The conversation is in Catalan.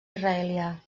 israelià